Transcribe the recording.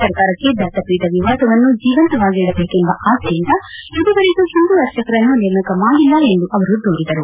ಸರ್ಕಾರಕ್ಷೆ ದತ್ತಪೀಠ ವಿವಾದವನ್ನು ಜೀವಂತವಾಗಿ ಇಡಬೇಕೆಂಬ ಆಸೆಯಿಂದ ಈವರೆಗೂ ಹಿಂದೂ ಆರ್ಚಕರನ್ನು ನೇಮಕ ಮಾಡಿಲ್ಲ ಎಂದು ಅವರು ದೂರಿದರು